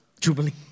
Jubilee